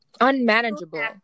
Unmanageable